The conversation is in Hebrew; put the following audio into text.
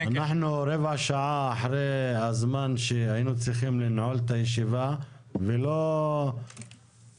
אנחנו רבע שעה אחרי הזמן שהיינו צריכים לנעול את הישיבה ולא במקרה,